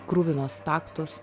kruvinos staktos